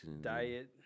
Diet